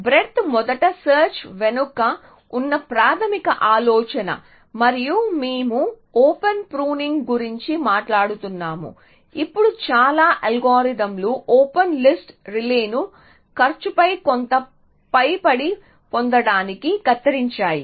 breadth మొదటి search వెనుక ఉన్న ప్రాథమిక ఆలోచన మరియు మేము ఓపెన్ ప్రూనింగ్ గురించి మాట్లాడుతున్నాము ఇప్పుడు చాలా అల్గోరిథంలు ఓపెన్ లిస్ట్ రిలేను ఖర్చుపై కొంత పైబడి పొందడానికి కత్తిరించాయి